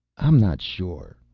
i'm not sure,